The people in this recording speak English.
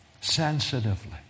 sensitively